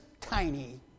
tiny